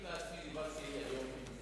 אני עצמי דיברתי היום עם